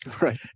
Right